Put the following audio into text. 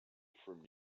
from